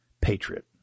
Patriot